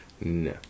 No